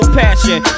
passion